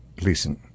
listen